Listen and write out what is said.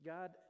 God